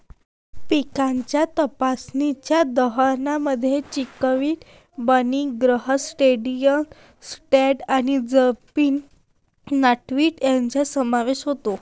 पिकाच्या तणांच्या उदाहरणांमध्ये chickweed, barny grass, dandelion, striga आणि जपानी नॉटवीड यांचा समावेश होतो